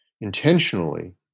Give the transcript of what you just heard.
intentionally